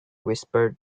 whispered